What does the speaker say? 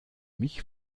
mich